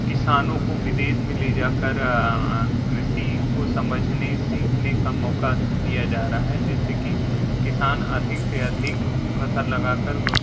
किसानों को विदेश में ले जाकर कृषि को समझने सीखने का मौका दिया जा रहा है जिससे कि किसान अधिक से अधिक फसल लगाकर